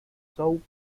south